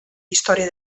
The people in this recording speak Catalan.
història